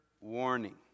warning